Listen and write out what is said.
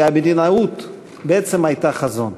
והמדינאות בעצם הייתה החזון.